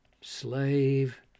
slave